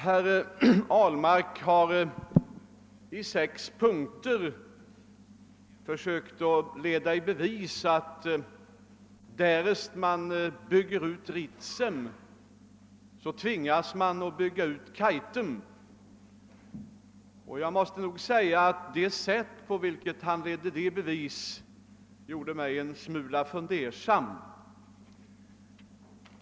Herr Ahlmark har i sex punkter försökt leda i bevis att om vi bygger ut Ritsem tvingas vi att också bygga ut Kaitum, och jag måste säga att det sätt på vilket herr Ahlmark försökte bevisa detta gjorde mig en smula fundersam.